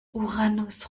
uranus